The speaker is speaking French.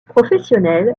professionnel